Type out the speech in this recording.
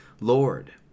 Lord